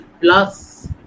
Plus